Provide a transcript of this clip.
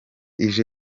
ije